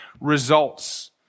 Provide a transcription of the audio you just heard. results